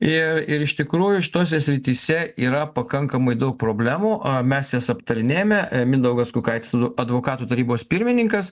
ir ir iš tikrųjų šitose srityse yra pakankamai daug problemų o mes jas aptarinėjame mindaugas kukaitis adv advokatų tarybos pirmininkas